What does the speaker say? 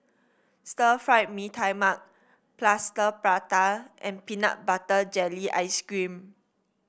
Stir Fried Mee Tai Mak Plaster Prata and Peanut Butter Jelly Ice cream